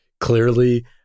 clearly